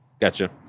Gotcha